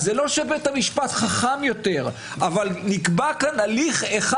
אז זה לא שבית המשפט חכם יותר אבל כאן נקבע הליך אחד